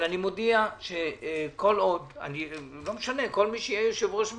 אבל אני מודיע שכל מי שיהיה יושב-ראש ועדה,